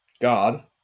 God